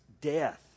death